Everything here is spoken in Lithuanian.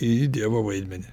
į dievo vaidmenį